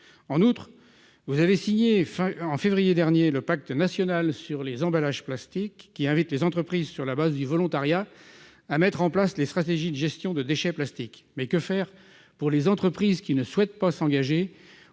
en outre, vous avez signé en février dernier, le pacte national sur les emballages plastiques qui invite les entreprises sur la base du volontariat à mettre en place des stratégies de gestion de déchets plastiques mais que faire pour les entreprises qui ne souhaite pas s'engager